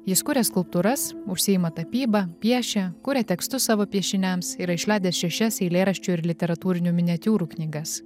jis kuria skulptūras užsiima tapyba piešia kuria tekstus savo piešiniams yra išleidęs šešias eilėraščių ir literatūrinių miniatiūrų knygas